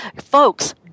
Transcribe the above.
folks